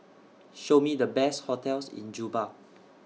Show Me The Best hotels in Juba